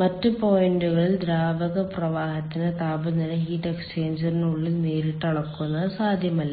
മറ്റ് പോയിന്റുകളിൽ ദ്രാവക പ്രവാഹത്തിന്റെ താപനില ഹീറ്റ് എക്സ്ചേഞ്ചറിനുള്ളിൽ നേരിട്ട് അളക്കുന്നത് സാധ്യമല്ല